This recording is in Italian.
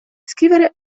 scrivere